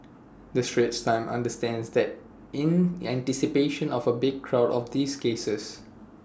the straits times understands that in anticipation of A big crowd for these cases